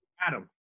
Adam